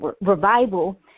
revival